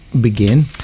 begin